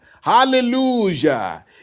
Hallelujah